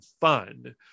fun